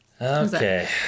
Okay